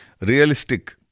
realistic